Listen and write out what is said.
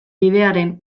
bidearen